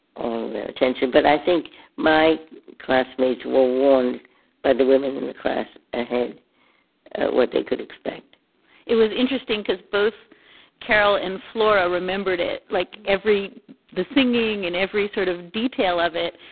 all their attention. but i think my classmates were warned by the women in the class ahead what they could expect it was interesting because both carol and flora remembered it like every the singing and every sort of detail of it.